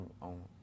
on